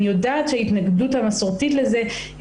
אני יודעת שההתנגדות המסורתית לזה היא